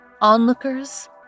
onlookers